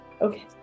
Okay